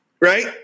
right